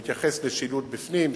הוא מתייחס לשילוט בפנים,